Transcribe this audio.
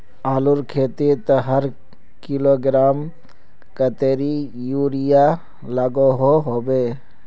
आलूर खेतीत हर किलोग्राम कतेरी यूरिया लागोहो होबे?